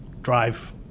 drive